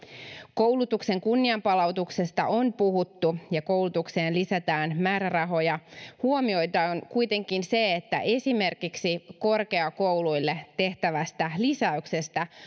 koulutuksen kunnianpalautuksesta on puhuttu ja koulutukseen lisätään määrärahoja huomioitava on kuitenkin se että esimerkiksi korkeakouluille tehtävästä lisäyksestä